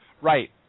Right